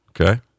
Okay